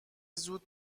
زود